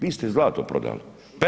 Vi ste i zlato prodali.